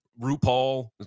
RuPaul